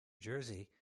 jersey